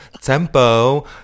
Tempo